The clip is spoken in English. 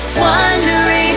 wondering